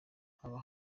haba